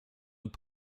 und